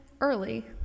early